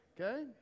Okay